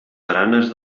baranes